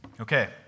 Okay